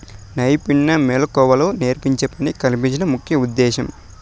నైపుణ్య మెళకువలు నేర్పించి పని కల్పించడం ముఖ్య ఉద్దేశ్యం